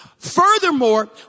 Furthermore